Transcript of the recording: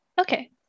Okay